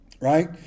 right